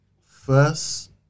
first